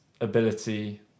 ability